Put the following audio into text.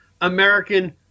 American